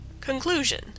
conclusion